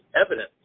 evidence